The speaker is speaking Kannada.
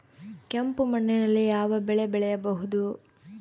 ಕೆಂಪು ಮಣ್ಣಿನಲ್ಲಿ ಯಾವ ಬೆಳೆ ಬೆಳೆಯಬಹುದು?